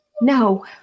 No